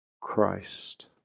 Christ